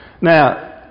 Now